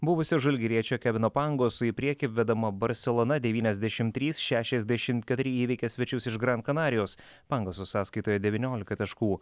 buvusio žalgiriečio kevino pangoso į priekį vedama barselona devyniasdešimt trys šešiasdešimt keturi įveikė svečius iš gran kanarijos pangoso sąskaitoje devyniolika taškų